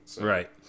right